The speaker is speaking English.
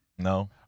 No